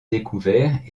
découverts